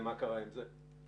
ומה קרה עם זה?